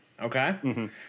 okay